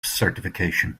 certification